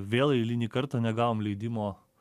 vėl eilinį kartą negavom leidimo